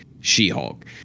She-Hulk